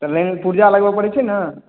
पुरजा लगबय पड़ै छै ने